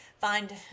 find